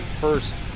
first